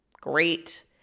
Great